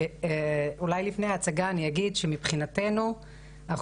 אולי לפני ההצגה אני אגיד שמבחינתנו אנחנו